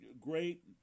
great